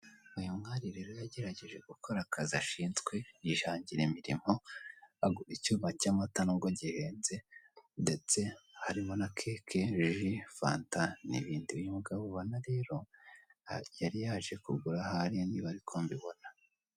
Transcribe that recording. Uyu mwari rero yagerageje gukora akazi ashinzwe yihangira imirimo, agura icyuma cy'amata nubwo gihenze, ndetse harimo na keke, ji, fanta, n'ibindi. Uyu mugabo ubona rero, yari yaje kugura ahari niba ari ko mbibona.